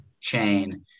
chain